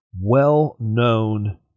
well-known